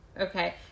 Okay